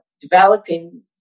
developing